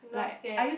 you not scared